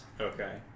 okay